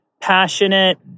passionate